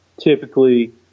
typically